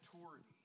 maturity